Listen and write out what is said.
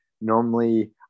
Normally